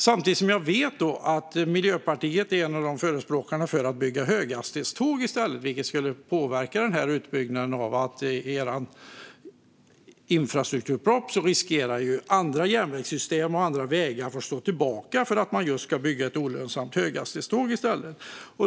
Samtidigt vet jag att Miljöpartiet är en förespråkare för att bygga höghastighetståg i stället, vilket skulle påverka denna utbyggnad. Enligt er infrastrukturproposition riskerar andra järnvägssystem och andra vägar att få stå tillbaka för att man ska bygga för olönsamma höghastighetståg.